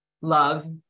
love